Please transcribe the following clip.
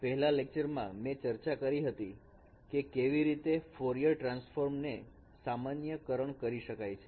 પહેલા લેક્ચરમાં મેં ચર્ચા કરી હતી કે કેવી રીતે ફોરયર ટ્રાન્સફોર્મ ને સામાન્યકરણ કરી શકાય છે